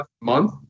month